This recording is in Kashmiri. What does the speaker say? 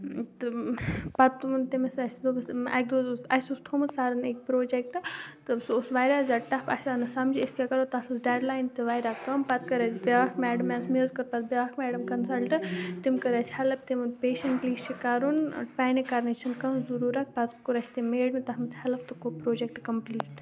تہٕ پَتہٕ ووٚن تٔمِس اَسہِ دوٚپُس اَکہِ دۄہ حظ اوس اَسہِ اوس تھوٚمُت سَرَن أکۍ پرٛوجَکٹ تہٕ سُہ اوس واریاہ زیادٕ ٹَف اَسہِ آونہٕ سَمجھ أسۍ کیٛاہ کَرو تَتھ ٲس ڈیڈ لایَن تہِ وارِیاہ کَم پَتہٕ کٔر اَسہِ بیٛاکھ میڈمَس مےٚ حظ کٔر پَتہٕ بیٛاکھ میڈم کَنسَلٹ تِم کٔر اَسہِ ہٮ۪لٕپ تٔمۍ ووٚن پیشَنٹلی یہِ چھُ کَرُن پٮ۪نِک کَرنٕچ چھِنہٕ کانٛہہ ضُروٗرت پَتہٕ کوٚر اَسہِ تٔمۍ میڈمہِ تَتھ منٛز ہٮ۪لٕپ تہٕ کوٚر پرٛوجَکٹ کَمپٕلیٖٹ